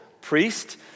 priest